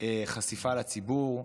חשיפה לציבור,